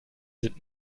sind